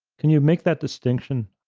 can you make that distinction?